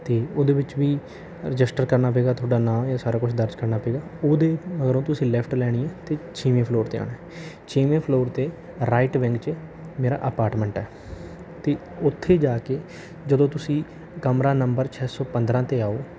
ਅਤੇ ਉਹਦੇ ਵਿੱਚ ਵੀ ਰਜਿਸਟਰ ਕਰਨਾ ਪਵੇਗਾ ਤੁਹਾਡਾ ਨਾਮ ਇਹ ਸਾਰਾ ਕੁਝ ਦਰਜ ਕਰਨਾ ਪਵੇਗਾ ਉਹਦੇ ਮਗਰੋਂ ਤੁਸੀਂ ਲੈਫਟ ਲੈਣੀ ਹੈ ਅਤੇ ਛੇਵੇਂ ਫਲੋਰ 'ਤੇ ਆਉਣਾ ਛੇਵੇਂ ਫਲੋਰ 'ਤੇ ਰਾਈਟ ਵਿੰਗ 'ਚ ਮੇਰਾ ਅਪਾਰਟਮੈਂਟ ਹੈ ਅਤੇ ਉੱਥੇ ਜਾ ਕੇ ਜਦੋਂ ਤੁਸੀਂ ਕਮਰਾ ਨੰਬਰ ਛੇ ਸੌ ਪੰਦਰਾਂ 'ਤੇ ਆਓ